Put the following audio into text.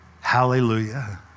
Hallelujah